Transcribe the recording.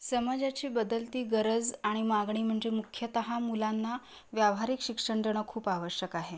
समाजाची बदलती गरज आणि मागणी म्हणजे मुख्यतः मुलांना व्यावहारिक शिक्षण देणं खूप आवश्यक आहे